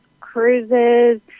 cruises